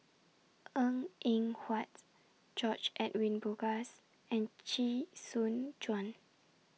Png Eng Huat George Edwin Bogaars and Chee Soon Juan